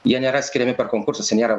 jie nėra skiriami konkursuose nėra